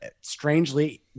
strangely